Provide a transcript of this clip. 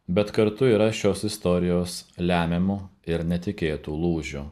bet kartu yra šios istorijos lemiamu ir netikėtu lūžiu